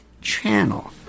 channel